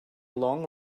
long